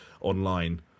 online